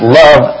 love